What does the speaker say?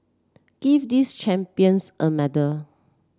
give these champions a medal